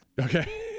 Okay